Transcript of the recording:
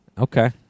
Okay